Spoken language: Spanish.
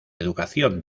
educación